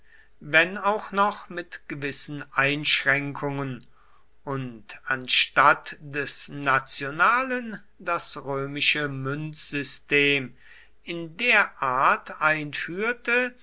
wenn auch noch mit gewissen einschränkungen und anstatt des nationalen das römische münzsystem in der art einführte